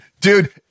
dude